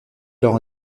alors